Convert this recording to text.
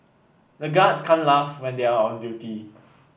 the guards can't laugh when they are on duty